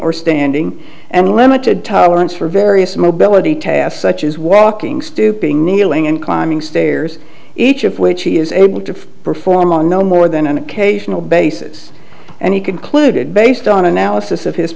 or standing and limited tolerance for various mobility tasks such as walking stooping kneeling and climbing stairs each of which he is able to perform on no more than an occasional basis and he concluded based on analysis of his